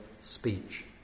speech